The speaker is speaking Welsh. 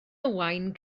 owain